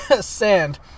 sand